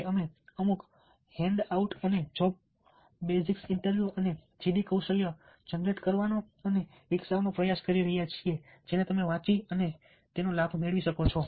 જો કે અમે અમુક હેન્ડ આઉટ અને જોબ બેઝિક્સ ઇન્ટરવ્યુ અને જીડી કૌશલ્યો જનરેટ કરવાનો અને વિકસાવવાનો પ્રયાસ કરી રહ્યા છીએ જેને તમે વાંચી અને લાભ મેળવી શકો